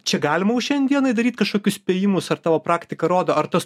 čia galima jau šiandienai daryt kažkokius spėjimus ar tavo praktika rodo ar tas